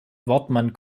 wortmann